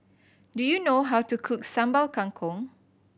do you know how to cook Sambal Kangkong